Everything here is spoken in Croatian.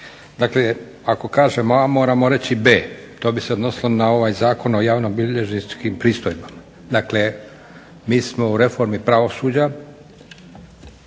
Dakle, ako kažemo A moramo reći i B, to bi se odnosilo na ovaj Zakon o javnobilježničkim pristojbama. Dakle, mi smo u reformi pravosuđa